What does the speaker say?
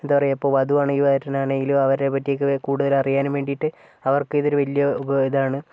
എന്താ പറയുക ഇപ്പൊൾ വധുവാണെങ്കിലും വരനാണെങ്കിലും അവരെപ്പറ്റിയൊക്കെ കൂടുതൽ അറിയാനും വേണ്ടിയിട്ട് അവർക്കിതൊരു വലിയ ഉപ ഇതാണ്